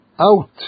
out